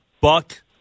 Buck